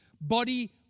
body